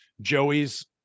Joey's